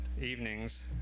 evenings